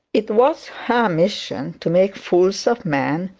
it was her mission to make fools of men,